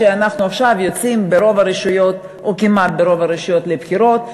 אנחנו עכשיו יוצאים ברוב הרשויות או כמעט ברוב הרשויות לבחירות,